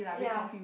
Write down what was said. ya